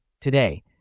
Today